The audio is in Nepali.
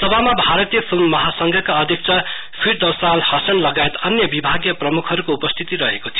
सभामा भारतीय फिल्म सहसंघका अध्यक्ष फिरदौसाल दसन लगायत अन्य विभागीय प्रमुखहरुको उपस्थिति रहेको थियो